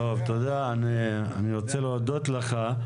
תודה, אני רוצה להודות לך.